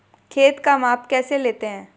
खेत का माप कैसे लेते हैं?